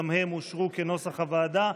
כנוסח הוועדה,